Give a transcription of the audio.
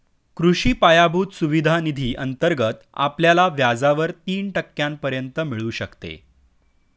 कृषी पायाभूत सुविधा निधी अंतर्गत आपल्याला व्याजावर तीन टक्क्यांपर्यंत मिळू शकते